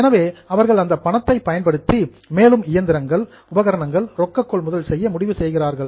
எனவே அவர்கள் அந்த பணத்தை பயன்படுத்தி மேலும் மிஷினரி இயந்திரங்கள் அல்லது எக்யூப்மென்ட் உபகரணங்களை ரொக்க கொள்முதல் செய்ய முடிவு செய்கிறார்கள்